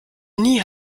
nie